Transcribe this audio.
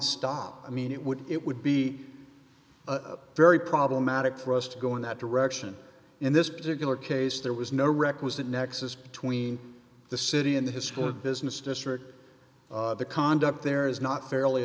stop i mean it would it would be very problematic for us to go in that direction in this particular case there was no requisite nexus between the city and his school of business district the conduct there is not fairly